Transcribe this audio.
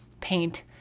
paint